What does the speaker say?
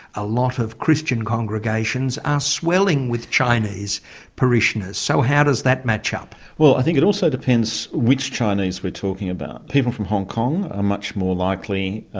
a lot of christian congregations are swelling with chinese parishioners. so how does that match up? well, i think it also depends which chinese we're talking about. people from hong kong are ah much more likely.